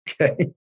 Okay